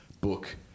book